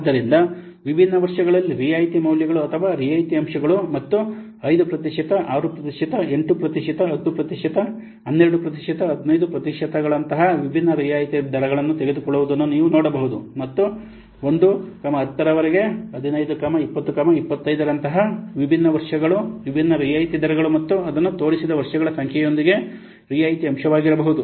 ಆದ್ದರಿಂದ ವಿಭಿನ್ನ ವರ್ಷಗಳಲ್ಲಿ ರಿಯಾಯಿತಿ ಮೌಲ್ಯಗಳು ಅಥವಾ ರಿಯಾಯಿತಿ ಅಂಶಗಳು ಮತ್ತು 5 ಪ್ರತಿಶತ 6 ಪ್ರತಿಶತ 8 ಪ್ರತಿಶತ 10 ಪ್ರತಿಶತ 12 ಪ್ರತಿಶತ 15 ಪ್ರತಿಶತದಂತಹ ವಿಭಿನ್ನ ರಿಯಾಯಿತಿ ದರಗಳನ್ನು ತೆಗೆದುಕೊಳ್ಳುವುದನ್ನು ನೀವು ನೋಡಬಹುದು ಮತ್ತು 1 10 ರವರೆಗೆ 15 20 25 ರಂತಹ ವಿಭಿನ್ನ ವರ್ಷಗಳು ವಿಭಿನ್ನ ರಿಯಾಯಿತಿ ದರಗಳು ಮತ್ತು ಅದನ್ನು ತೋರಿಸಿದ ವರ್ಷಗಳ ಸಂಖ್ಯೆಯೊಂದಿಗೆ ರಿಯಾಯಿತಿ ಅಂಶವಾಗಿರಬಹುದು